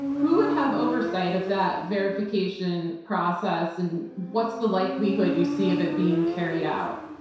who would have oversight of that verification process, and what's the likelihood you see of it being carried out?